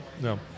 No